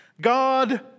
God